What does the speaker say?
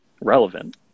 relevant